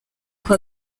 kuwa